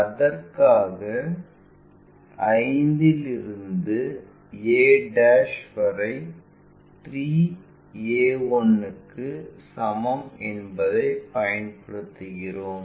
அதற்காக 5 இல் இருந்து a வரை 3a1 க்கு சமம் என்பதைப் பயன்படுத்துகிறோம்